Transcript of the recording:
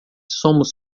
somos